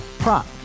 Prop